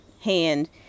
hand